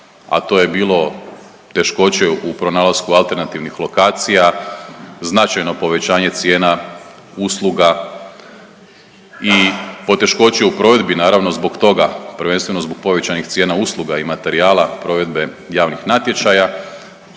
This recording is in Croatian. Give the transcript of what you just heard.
a to je bilo teškoće u pronalasku alternativnih lokacija, značajno povećanje cijena usluga i poteškoće u provedbi naravno zbog toga prvenstveno zbog povećanih cijena usluga i materijala provedbe javnih natječaja,